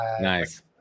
Nice